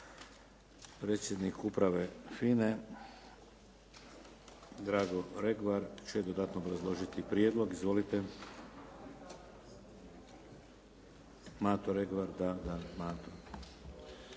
Predsjednik Uprave FINA-e, Drago Regvar će dodatno obrazložiti prijedlog. Izvolite. Mato Regvar. Da, da, Mato.